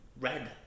red